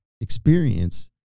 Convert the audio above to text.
experience